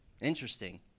interesting